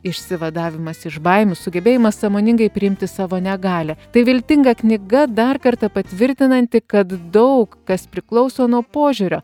išsivadavimas iš baimių sugebėjimas sąmoningai priimti savo negalią tai viltinga knyga dar kartą patvirtinanti kad daug kas priklauso nuo požiūrio